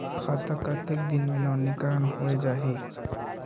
खाता कतेक दिन मे नवीनीकरण होए जाहि??